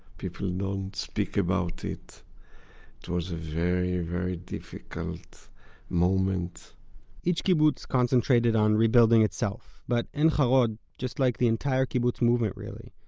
people don't speak about it. it was a very very difficult moment each kibbutz concentrated on rebuilding itself, but ein-harod, just like the entire kibbutz movement really,